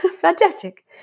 Fantastic